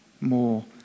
more